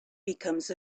becomes